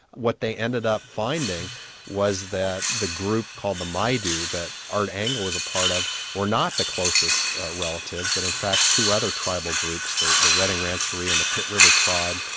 what they ended up finding was that the group called the maidu that art engel was a part of were not the closest relatives. in fact two other tribal groups, the the redding rancheria and the pit river tribe,